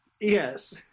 Yes